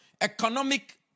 economic